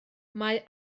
mae